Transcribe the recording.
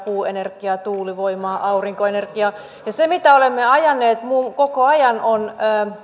puuenergiaa tuulivoimaa aurinkoenergiaa se mitä olemme ajaneet koko ajan on